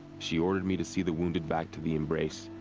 she ordered me to see the wounded back to the embrace.